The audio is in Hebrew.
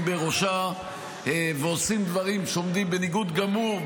בראשה ועושים דברים שעומדים בניגוד גמור,